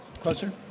Closer